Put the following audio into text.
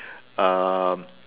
um